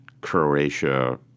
Croatia